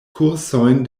kursojn